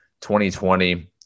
2020